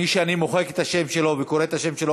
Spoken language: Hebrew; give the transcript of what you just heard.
מי שאני מוחק את השם שלו וקורא את השם שלו,